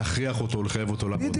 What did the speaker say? להכריח אותו לעבוד,